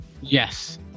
Yes